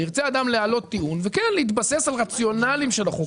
ירצה אדם להעלות טיעון וכן להתבסס על רציונלים של החוק.